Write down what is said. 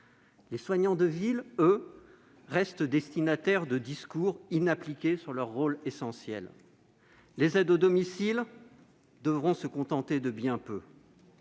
Les soignants de ville, eux, restent destinataires de discours inappliqués sur leur rôle essentiel. Les aides à domicile devront se contenter de bien peu.